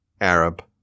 Arab